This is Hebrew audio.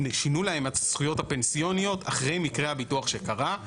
שינו להם את הזכויות הפנסיוניות אחרי מקרה הביטוח שקרה.